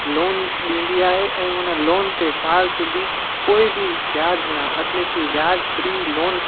loan ॾींदी आहे ऐं उन लोन ते साल सुधी कोई बि ब्याज न अटले कि ब्याज फ्री लोन